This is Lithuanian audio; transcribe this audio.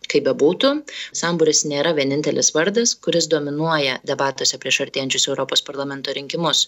kaip bebūtų sambūris nėra vienintelis vardas kuris dominuoja debatuose prieš artėjančius europos parlamento rinkimus